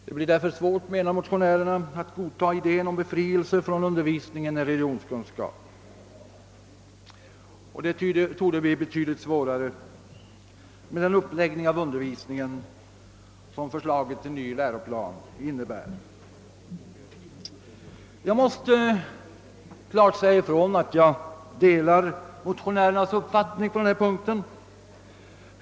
Det är därför svårt, menar motionärerna, att godta idén om befrielse från undervisningen i religionskunskap, och det torde bli betydligt svårare med den uppläggning av undervisningen som förslaget till ny läroplan innebär. Jag vill klart säga ifrån att jag delar motionärernas uppfattning på denna punkt.